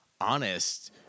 honest